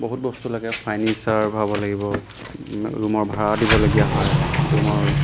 বহুত বস্তু লাগে ফাৰ্নিচাৰ ভৰাব লাগিব ৰুমৰ ভাড়া দিবলগীয়া হয় ৰুমৰ